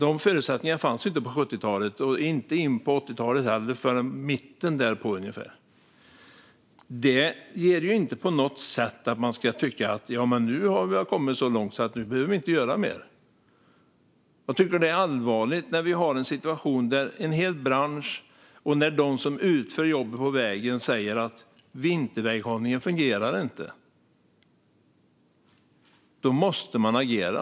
De förutsättningarna fanns inte på 70-talet och inte heller in på 80-talet förrän ungefär i mitten av det. Det innebär inte att vi på något sätt ska tycka att vi nu har kommit så långt att vi inte behöver göra mer. Jag tycker att det är allvarligt när vi har en situation där en hel bransch och de som utför jobbet på vägen säger att vinterväghållningen inte fungerar. Då måste man agera.